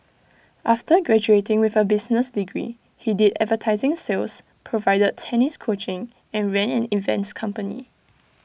after graduating with A business degree he did advertising sales provided tennis coaching and ran an events company